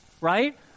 right